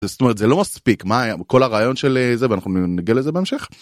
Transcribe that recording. זאת אומרת זה לא מספיק מה כל הרעיון של זה ואנחנו נגע לזה בהמשך.